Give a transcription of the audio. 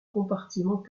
compartiment